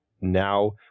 now